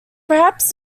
perhaps